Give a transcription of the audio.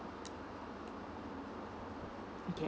okay